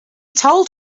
told